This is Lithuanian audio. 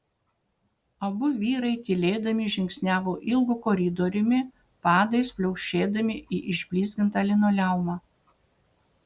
abu vyrai tylėdami žingsniavo ilgu koridoriumi padais pliaukšėdami į išblizgintą linoleumą